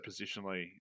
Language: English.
positionally